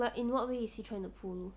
but in what way is he trying to 铺路